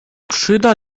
przyda